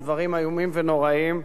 זה דברים איומים ונוראיים,